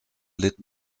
litt